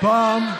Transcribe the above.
פעם,